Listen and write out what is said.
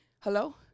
Hello